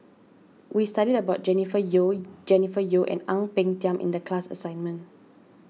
we studied about Jennifer Yeo Jennifer Yeo and Ang Peng Tiam in the class assignment